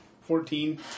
Fourteen